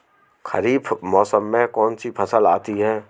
खरीफ मौसम में कौनसी फसल आती हैं?